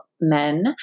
men